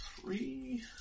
three